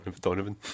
Donovan